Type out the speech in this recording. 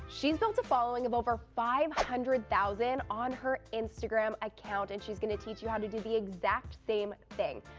she's built a following of over five hundred thousand on her instagram account and she's gonna teach you how to do the exact same thing.